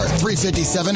357